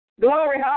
Glory